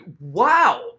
wow